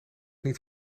niet